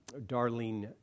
Darlene